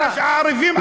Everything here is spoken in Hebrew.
הערבים אשמים.